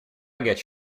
get